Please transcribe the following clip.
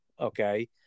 Okay